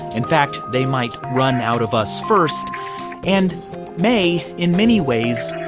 in fact, they might run out of us first and may, in many ways,